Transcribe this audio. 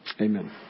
Amen